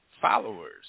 followers